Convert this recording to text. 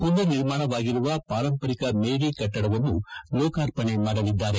ಪುನರ್ ನಿರ್ಮಾಣವಾಗಿರುವ ಪಾರಂಪರಿಕ ಮೇರಿ ಕಟ್ಟಡವನ್ನು ಲೋಕಾರ್ಪಣೆ ಮಾಡಲಿದ್ಲಾರೆ